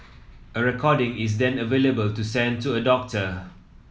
a recording is then available to send to a doctor